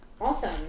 Awesome